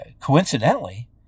Coincidentally